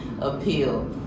appeal